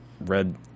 red